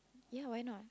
ya why not